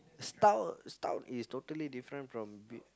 stout stout is totally different from be~